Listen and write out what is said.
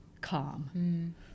calm